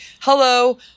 hello